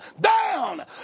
down